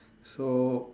so